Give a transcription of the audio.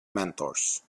mentors